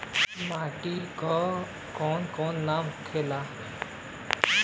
माटी के कौन कौन नाम होखे ला?